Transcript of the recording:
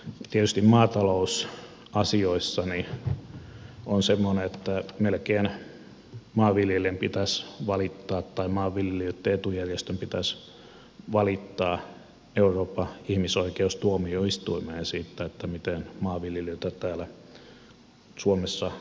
tietysti maatalousasioissa on semmoinen että melkein maanviljelijän pitäisi valittaa tai maanviljelijöitten etujärjestön pitäisi valittaa euroopan ihmisoikeustuomioistuimeen siitä miten maanviljelijöitä täällä suomessa kohdellaan